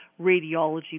radiology